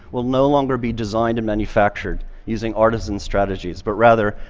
will no longer be designed and manufactured using artisan strategies, but rather,